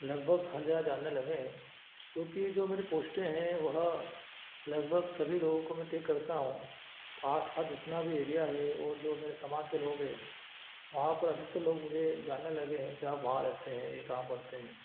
लगभग हर जगह जानने लगे हैं क्योंकि जो मेरे पोस्ट हैं वह लगभग सभी लोगों को मैं टैग करता हूँ तो आस पास आज इतना भी एरिया है और जो मेरे समाज के लोग हैं वहाँ पर अधिकतर लोग मुझे जानने लगे हैं कि आप वहाँ रहते हैं यह काम करते हैं